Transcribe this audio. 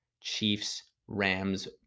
Chiefs-Rams